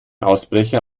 ausbrecher